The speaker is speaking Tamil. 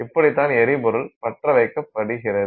இப்படிதான் எரிபொருள் பற்றவைக்கப்படுகிறது